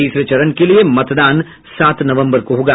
तीसरे चरण के लिये मतदान सात नवंबर को होगा